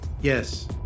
Yes